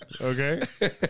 Okay